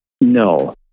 No